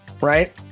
right